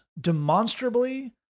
demonstrably